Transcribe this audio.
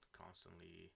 constantly